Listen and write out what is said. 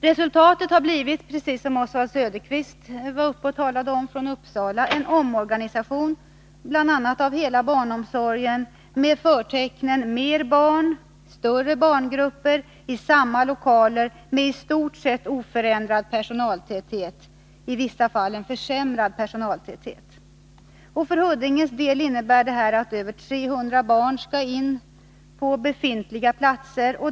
Resultatet har blivit — precis som Oswald Söderqvist talade om för Uppsalas del — en omorganisation bl.a. av hela barnomsorgen med förtecknen mer barn, större barngrupper i samma lokaler med i stort sett oförändrad personaltäthet, i vissa fall en försämrad personaltäthet. För Huddinges del innebär detta att över 300 barn skall in på befintliga platser.